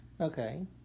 Okay